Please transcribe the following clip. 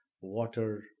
water